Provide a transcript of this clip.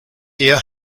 here